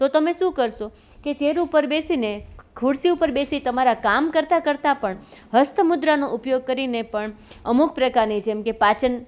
તો તમે શું કરશો કે ચેર ઉપર બેસીને ખુરશી ઉપર બેસી તમારા કામ કરતા કરતા પણ હસ્તમુદ્રાનો ઉપયોગ કરીને પણ અમુક પ્રકારની જેમ કે પાચન